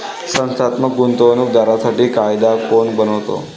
संस्थात्मक गुंतवणूक दारांसाठी कायदा कोण बनवतो?